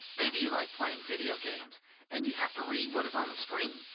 maybe you like playing video games and you have to read what is on the screen,